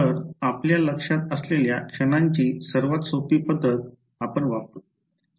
तर आपल्या लक्षात असलेल्या क्षणांची सर्वात सोपी पद्धत आपण वापरू